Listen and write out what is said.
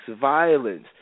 violence